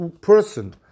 person